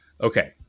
Okay